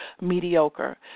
mediocre